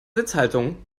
sitzhaltung